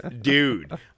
dude